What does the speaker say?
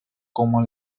como